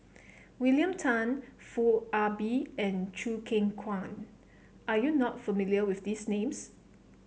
William Tan Foo Ah Bee and Choo Keng Kwang are you not familiar with these names